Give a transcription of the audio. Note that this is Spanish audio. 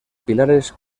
pilares